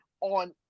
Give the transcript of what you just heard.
on